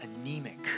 anemic